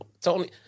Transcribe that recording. Tony